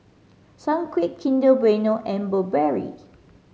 Sunquick Kinder Bueno and Burberry